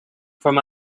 from